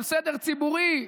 של סדר ציבורי,